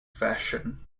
fashion